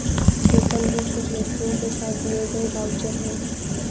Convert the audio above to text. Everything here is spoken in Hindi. कूपन भी कुछ वस्तुओं के साथ दिए गए वाउचर है